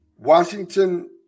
Washington